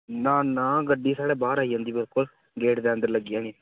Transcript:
ना ना गड्डी साढ़े बाह्र आई जंदी बिल्कुल गेट दे अंदर लग्गी जानी